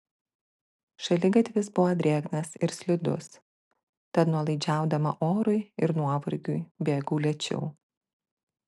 šaligatvis buvo drėgnas ir slidus tad nuolaidžiaudama orui ir nuovargiui bėgau lėčiau